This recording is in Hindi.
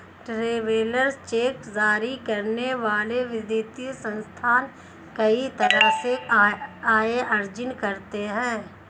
ट्रैवेलर्स चेक जारी करने वाले वित्तीय संस्थान कई तरह से आय अर्जित करते हैं